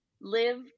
live